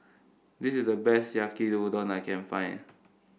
this is the best Yaki Udon I can find